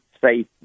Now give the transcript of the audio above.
safe